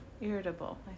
Irritable